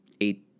eight